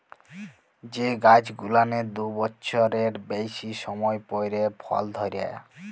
যে গাইছ গুলানের দু বচ্ছরের বেইসি সময় পইরে ফল ধইরে